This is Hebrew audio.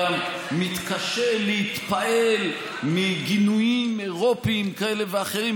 גם מתקשה להתפעל מגינויים אירופים כאלה ואחרים.